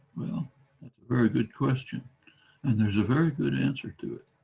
that's a very good question and there's a very good answer to it.